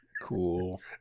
Cool